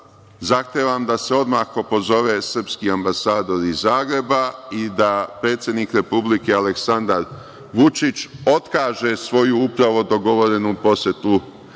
zahtevam da se odmah opozove srpski ambasador iz Zagreba i da predsednik Republike Aleksandar Vučić otkaže svoju upravo dogovorenu posetu